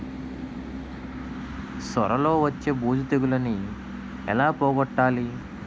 సొర లో వచ్చే బూజు తెగులని ఏల పోగొట్టాలి?